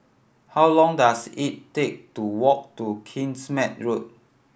how long does it take to walk to Kingsmead Road